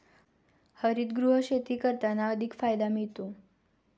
हरितगृह शेती करताना अधिक फायदा मिळतो